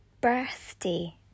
birthday